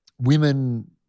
women